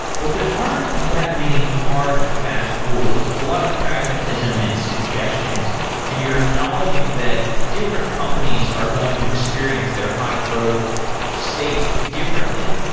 but there aren't that many hard and fast rules. it's a lot of pragmatism and suggestions and you're acknowledging that different companies are going to experience their high-growth state differently.